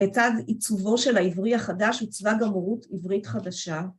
‫את עיצובו של העברי החדש, ‫עיצבה גם הורות עברית חדשה.